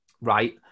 right